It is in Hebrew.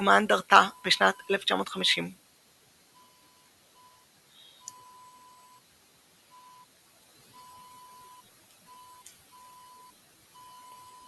הוקמה אנדרטה בשנת 1950.